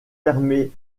permet